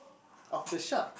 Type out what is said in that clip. of the shark